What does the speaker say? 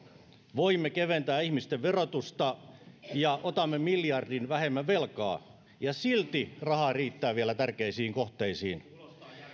voimme keventää ihmisten verotusta ja otamme miljardin vähemmän velkaa ja silti rahaa riittää vielä tärkeisiin kohteisiin